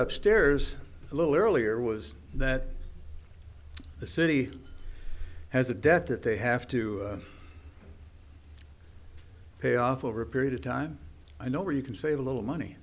upstairs a little earlier was that the city has a debt that they have to pay off over a period of time i know you can save a little money